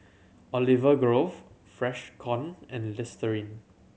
Olive Grove Freshkon and Listerine